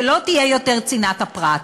ולא תהיה יותר צנעת הפרט.